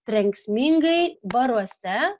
trenksmingai baruose